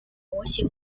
模型